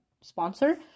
sponsor